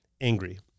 angry